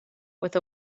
with